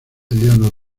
eleanor